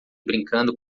brincando